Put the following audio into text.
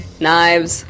knives